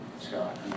Scott